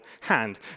hand